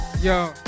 Yo